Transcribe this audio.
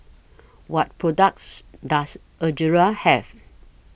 What products Does Ezerra Have